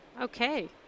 okay